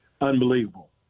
unbelievable